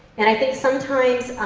and i think sometimes